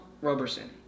Roberson